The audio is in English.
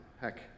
heck